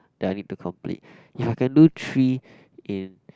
that I need to complete if I can do three in